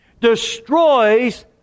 destroys